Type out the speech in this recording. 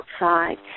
outside